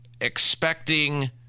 expecting